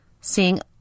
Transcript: seeing